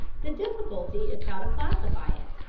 the difficulty is how to classify it,